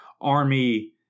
Army